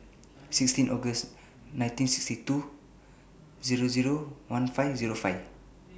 sixteen August nineteen sixty two fifteen five